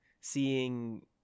seeing